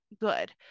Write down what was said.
good